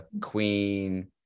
Queen